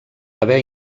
haver